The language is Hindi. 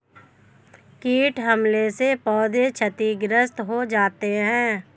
कीट हमले से पौधे क्षतिग्रस्त हो जाते है